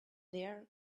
there